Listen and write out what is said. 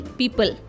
people